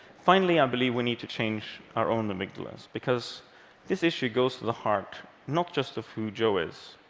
finally, i believe we need to change our own amygdalae, because this issue goes to the heart not just of who joe is,